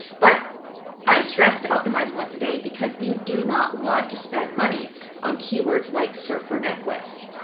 but i stress to optimize once a day because you do not want to spend money on keywords like surfer necklace.